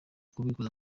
kubikuza